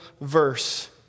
verse